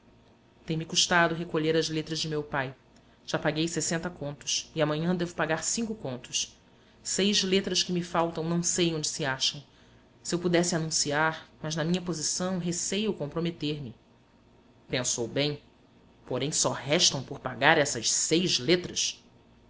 interesse tem-me custado recolher as letras de meu pai já paguei e amanhã devo pagar seis letras que me faltam não sei onde se acham se eu pudesse anunciar mas na minha posição receio comprometer me pensou bem porém só restam por pagar essas seis letras